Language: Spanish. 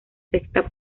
sexta